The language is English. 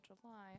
July